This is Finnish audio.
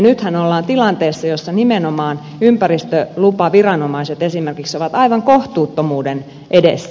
nythän ollaan tilanteessa jossa nimenomaan ympäristölupaviranomaiset esimerkiksi ovat aivan kohtuuttomuuden edessä